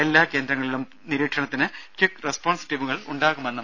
എല്ലാ കേന്ദ്രങ്ങളിലും നിരീക്ഷണത്തിന് ക്വിക്ക് റെസ്പോൺസ് ടീമുകൾ ഉണ്ടാകും